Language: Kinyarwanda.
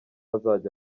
azajya